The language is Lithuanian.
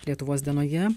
lietuvos dienoje